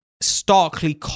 starkly